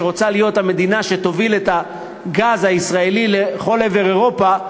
שרוצה להיות המדינה שתוביל את הגז הישראלי לכל אירופה,